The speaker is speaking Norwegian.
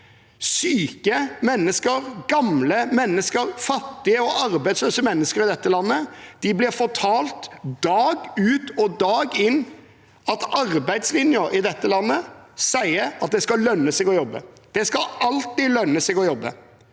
Syke mennesker, gamle mennesker, fattige og arbeidsløse mennesker i dette landet blir fortalt dag ut og dag inn at arbeidslinja i dette landet sier at det skal lønne seg å jobbe, det skal alltid lønne seg å jobbe,